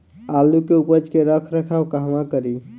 आलू के उपज के रख रखाव कहवा करी?